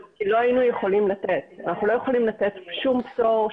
אנחנו לא יכולים לתת שום פטור,